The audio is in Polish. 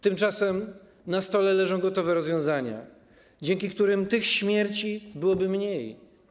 Tymczasem na stole leżą gotowe rozwiązania, dzięki którym tych śmierci byłoby mniej.